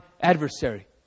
adversary